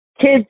kids